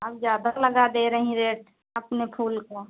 आप ज़्यादा लगा दे रहीं रेट अपने फूल का